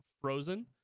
frozen